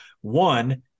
One